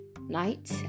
night